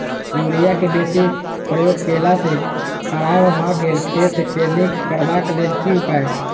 Urea केँ बेसी प्रयोग केला सऽ खराब भऽ गेल खेत केँ नीक करबाक लेल की उपाय?